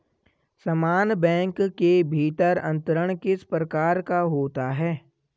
समान बैंक के भीतर अंतरण किस प्रकार का होता है?